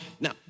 Now